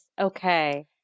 Okay